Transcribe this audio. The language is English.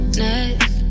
next